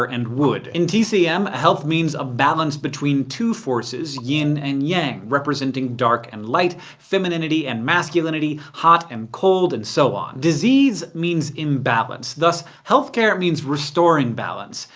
and wood. in tcm, health means a balance between two forces, yin and yang, representing dark and light, femininity and masculinity, hot and cold, and so on. disease means imbalance. thus healthcare means restoring balance,